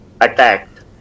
attacked